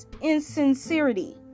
insincerity